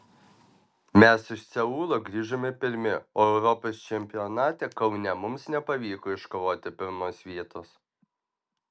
mes iš seulo grįžome pirmi o europos čempionate kaune mums nepavyko iškovoti pirmos vietos